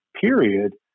period